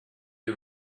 you